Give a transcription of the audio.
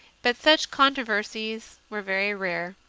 but such controversies were very rare.